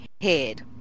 head